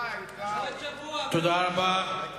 תודה רבה.